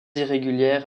irrégulière